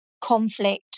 conflict